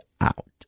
out